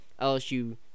lsu